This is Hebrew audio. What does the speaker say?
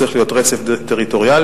צריך להיות רצף טריטוריאלי,